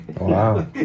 Wow